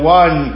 one